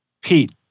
Pete